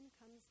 comes